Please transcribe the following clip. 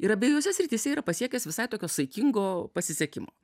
ir abiejose srityse yra pasiekęs visai tokio saikingo pasisekimo